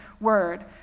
word